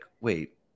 wait